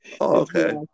okay